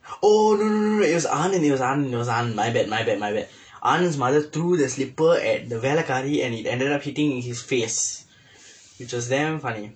oh no no no no it was anand it was anand it was anand my bad my bad my bad anand mother threw the slipper at the velaikkari and it ended up hitting in his face which was damn funny